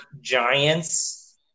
Giants